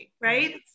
right